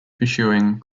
pursuing